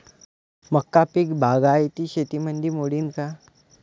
मका पीक बागायती शेतीमंदी मोडीन का?